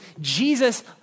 Jesus